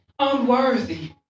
unworthy